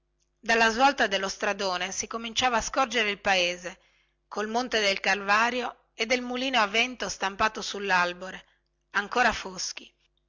dalla svolta dello stradone si cominciava a scorgere il paese col monte del calvario e del mulino a vento stampato sullalbore ancora foschi